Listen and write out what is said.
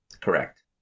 Correct